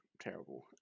terrible